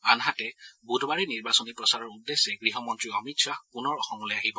আনহাতে বুধবাৰে নিৰ্বাচনী প্ৰচাৰৰ উদ্দেশ্যে গৃহমন্ত্ৰী অমিত শ্বাহ পুনৰ অসমলৈ আহিব